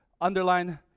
Underline